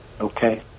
Okay